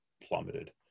plummeted